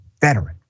veteran